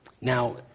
Now